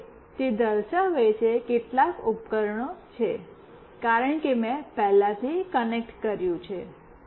હવે તે દર્શાવે છે કે કેટલાક ઉપકરણો છે કારણ કે મેં પહેલાથી કનેક્ટ કર્યું છે